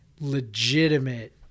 legitimate